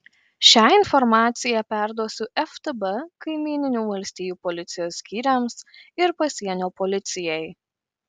šią informaciją perduosiu ftb kaimyninių valstijų policijos skyriams ir pasienio policijai